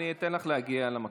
אני אתן לך להגיע למקום.